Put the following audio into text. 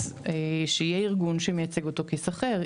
אז שיהיה ארגון שמייצג אותו כשכיר.